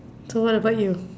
so what about you